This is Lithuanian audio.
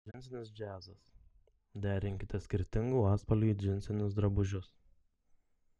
džinsinis džiazas derinkite skirtingų atspalvių džinsinius drabužius